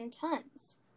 tons